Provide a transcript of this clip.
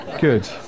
Good